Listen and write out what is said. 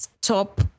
top